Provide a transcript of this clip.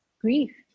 grief